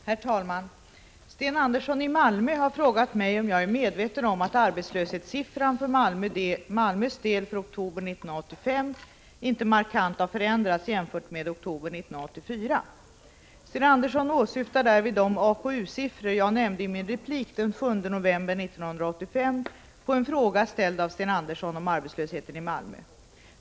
Herr talman! Sten Andersson i Malmö har frågat mig om jag är medveten om att arbetslöshetssiffran för Malmös del för oktober 1985 inte markant har förändrats jämfört med oktober 1984. Sten Andersson åsyftar därvid de AKU-siffror jag färndei i min replik den 7 november 1985 i anslutning till en fråga ställd av Sten Andersson om arbetslösheten i Malmö.